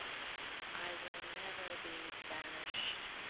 i will never be banished.